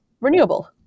renewable